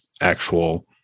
actual